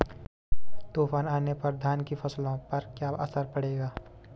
तूफान आने पर धान की फसलों पर क्या असर पड़ेगा?